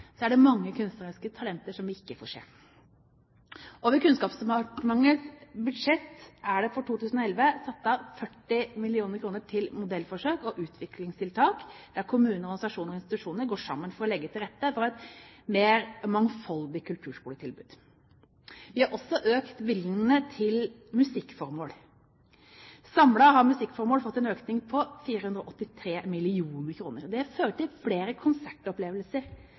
er det mange kunstneriske talenter vi ikke får se. Over Kunnskapsdepartementets budsjett er det for 2011 satt av 40 mill. kr til modellforsøk og utviklingstiltak der kommuner, organisasjoner og institusjoner går sammen for å legge til rette for et mer mangfoldig kulturskoletilbud. Vi har også økt bevilgningene til musikkformål. Samlet har musikkformål fått en økning på 483 mill. kr. Det fører til flere konsertopplevelser